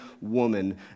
woman